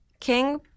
King